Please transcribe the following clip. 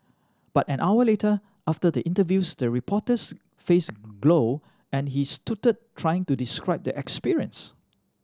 but an hour later after the interviews the reporter's face glow and he stuttered trying to describe the experience